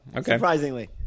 surprisingly